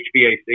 HVAC